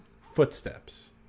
footsteps